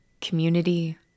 community